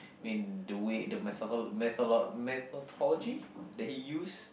I mean the way the methodolo~ metholo~ methodology that he use